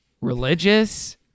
religious